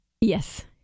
Yes